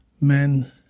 Men